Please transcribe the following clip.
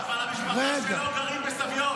אבל המשפחה שלו גרה בסביון.